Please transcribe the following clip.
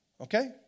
okay